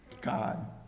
God